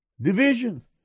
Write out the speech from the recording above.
Divisions